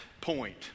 point